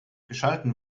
geschaltet